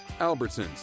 Albertsons